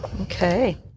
Okay